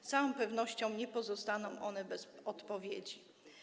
Z całą pewnością nie pozostaną one bez odpowiedzi.